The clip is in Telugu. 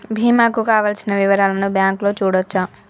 బీమా కు కావలసిన వివరాలను బ్యాంకులో చూడొచ్చా?